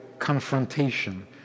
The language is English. confrontation